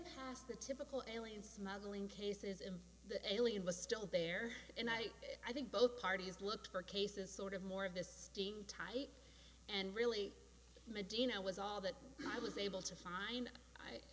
past the typical in smuggling cases in the alien was still there and i i think both parties looked for cases sort of more of this sting tight and really medina was all that i was able to find